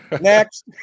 Next